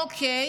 אוקיי,